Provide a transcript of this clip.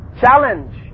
challenge